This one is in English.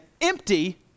empty